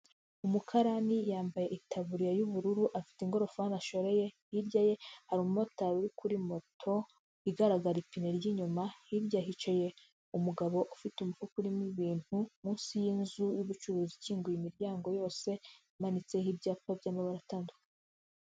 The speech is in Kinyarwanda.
Umukarani yambaye itaburiya y'ubururu afite ingorofani ashoreye, hirya ye hari umumotari uri kuri moto igaragara ipine ry'inyuma, hirya hicaye umugabo ufite umufuka urimo ibintu munsi y'inzu y'ubucuruzi ikinguye imiryango yose imanitseho ibyapa by'amabara atandukanye.